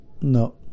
No